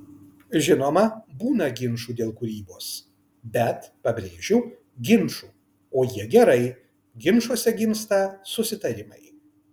žinoma būna ginčų dėl kūrybos bet pabrėžiu ginčų o jie gerai ginčuose gimsta susitarimai